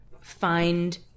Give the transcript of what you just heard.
find